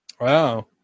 wow